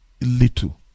little